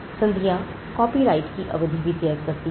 संधियाँ copyright की अवधि भी तय करती हैं